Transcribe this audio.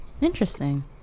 Interesting